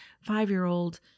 five-year-old